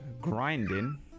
grinding